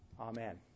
Amen